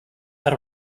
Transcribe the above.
that